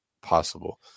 possible